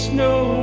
Snow